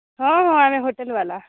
ହଁ ହଁ ଆମେ ହୋଟେଲ୍ ବାଲା